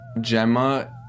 Gemma